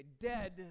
dead